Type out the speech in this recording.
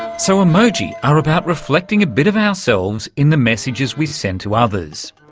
so emoji are about reflecting a bit of ourselves in the messages we send to others.